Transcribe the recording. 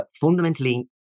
fundamentally